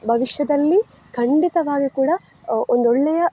ಭವಿಷ್ಯದಲ್ಲಿ ಖಂಡಿತವಾಗಿ ಕೂಡ ಒಂದೊಳ್ಳೆಯ